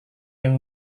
yang